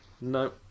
No